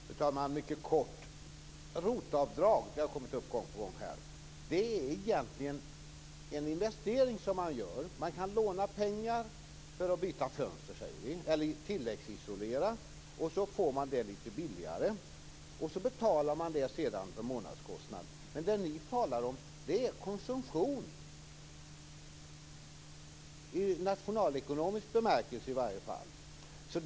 Fru talman! ROT-avdrag har kommit upp gång på gång här, och det är egentligen en investering som man gör. Man kan låna pengar för att byta fönster eller tilläggsisolera, och man får det lite billigare. Man betalar det sedan på månadskostnaden. Men det ni talar om är konsumtion, i varje fall i nationalekonomisk bemärkelse.